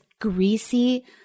greasy